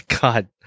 god